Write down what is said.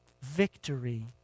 victory